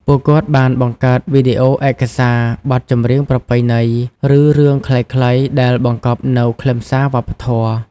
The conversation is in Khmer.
ពួកគាត់បានបង្កើតវីដេអូឯកសារ បទចម្រៀងប្រពៃណី ឬរឿងខ្លីៗដែលបង្កប់នូវខ្លឹមសារវប្បធម៌។